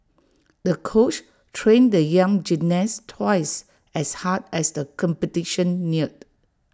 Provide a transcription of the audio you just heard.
the coach trained the young gymnast twice as hard as the competition neared